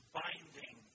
binding